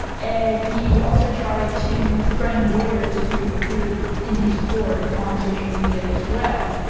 and he also tried to friend lawyers who appeared in his court on social media as well.